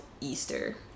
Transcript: Easter